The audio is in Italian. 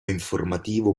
informativo